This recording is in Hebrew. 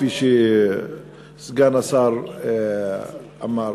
כפי שסגן השר אמר.